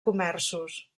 comerços